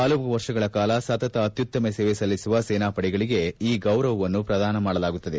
ಹಲವು ವರ್ಷಗಳ ಕಾಲ ಸತತ ಅತ್ನುತ್ತಮ ಸೇವೆ ಸಲ್ಲಿಸುವ ಸೇನಾ ಪಡೆಗಳಿಗೆ ಈ ಗೌರವವನ್ನು ಪ್ರದಾನ ಮಾಡಲಾಗುತ್ತದೆ